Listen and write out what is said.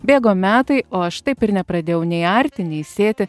bėgo metai o aš taip ir nepradėjau nei arti nei sėti